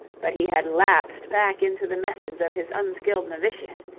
but he had lapsed back into the methods of his unskilled novitiate.